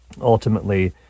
Ultimately